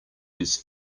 whose